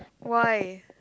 why